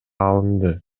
алынды